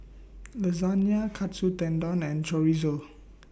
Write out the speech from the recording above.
Lasagna Katsu Tendon and Chorizo